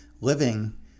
living